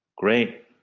Great